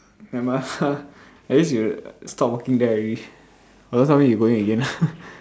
never mind at least you stop working there already or don't tell me you going again